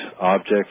Objects